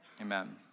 Amen